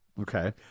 Okay